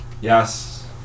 Yes